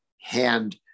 hand